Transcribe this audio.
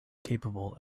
capable